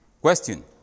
Question